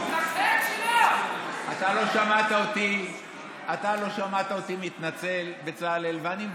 אתה לא שמעת אותי מתנצל, בצלאל, ואני מבקש,